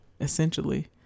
essentially